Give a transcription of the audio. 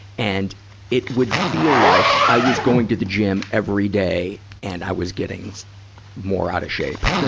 and it would feel like i was going to the gym every day, and i was getting more out of shape.